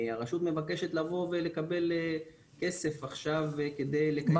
הרשות מבקשת לבוא ולקבל כסף עכשיו כדי לקדם את עצמה.